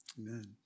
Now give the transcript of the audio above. amen